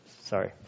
Sorry